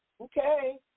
Okay